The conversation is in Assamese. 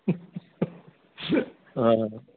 অঁ